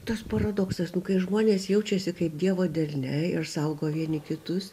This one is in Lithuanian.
toks paradoksas kai žmonės jaučiasi kaip dievo delne ir saugo vieni kitus